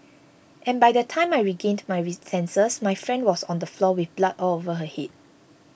and by the time I regained my sensors my friend was on the floor with blood all over her head